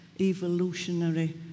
evolutionary